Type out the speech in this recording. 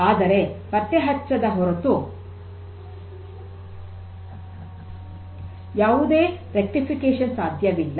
ಆದರೆ ಪತ್ತೆ ಹಚ್ಚದ ಹೊರತು ಯಾವುದೇ ಸರಿಪಡಿಸುವುಕೆ ಸಾಧ್ಯವಿಲ್ಲ